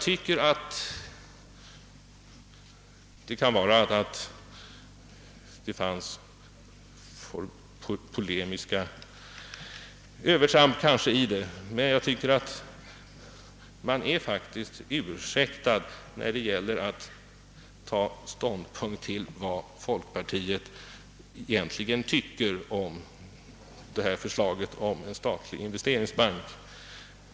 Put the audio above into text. Det kanske fanns polemiska övertramp i den artikeln, men jag tycker att man faktiskt är ursäktad när det gäller att ta ståndpunkt till vad folkpartiet egentligen anser rörande detta förslag om en statlig investeringsbank.